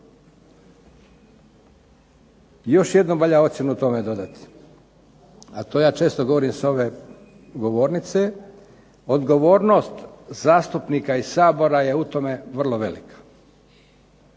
Još jednu valja ocjenu tome dodati, a to ja često govorim s ove govornice, odgovornost zastupnika iz Sabora je u tome vrlo velika.